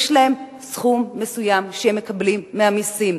יש להם סכום מסוים שהם מקבלים מהמסים,